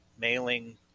mailing